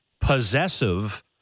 possessive